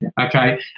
okay